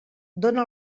dóna